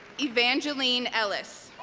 evangeline ellis